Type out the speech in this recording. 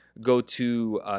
go-to